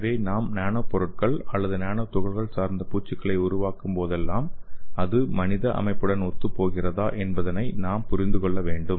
எனவே நாம் நானோ பொருட்கள் அல்லது நானோ துகள்கள் சார்ந்த பூச்சுகளை உருவாக்கும் போதெல்லாம் அது மனித அமைப்புடன் ஒத்துப்போகிறதா என்பதை நாம் புரிந்து கொள்ள வேண்டும்